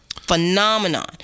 phenomenon